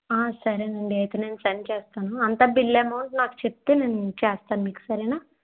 సరేనండి అయితే నేను సెండ్ చేస్తాను అంతా బిల్ అమౌంట్ నాకు చెప్తే నేను చేస్తాను మీకు సరేనా